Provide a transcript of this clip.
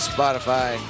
Spotify